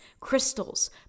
crystals